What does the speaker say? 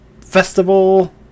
festival